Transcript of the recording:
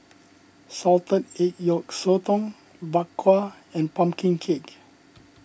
Salted Egg Yolk Sotong Bak Kwa and Pumpkin Cake